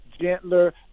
gentler